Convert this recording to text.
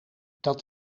dat